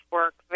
work